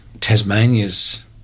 Tasmania's